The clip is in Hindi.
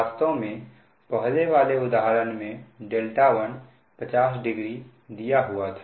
वास्तव में पहले वाले उदाहरण में δ1 500 दिया हुआ था